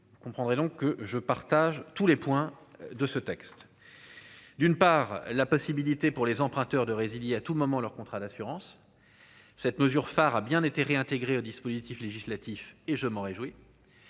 vous comprendrez donc que je partage tous les points de ce texte, d'une part la possibilité pour les emprunteurs de résilier à tout moment leur contrat d'assurance, cette mesure phare a bien été réintégrées au dispositif législatif et je m'en réjouis,